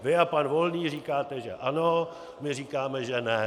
Vy a pan Volný říkáte že ano, my říkáme že ne.